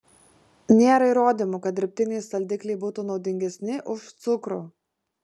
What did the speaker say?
nėra įrodymų kad dirbtiniai saldikliai būtų naudingesni už cukrų